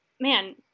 man